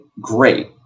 great